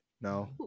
no